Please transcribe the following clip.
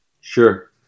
Sure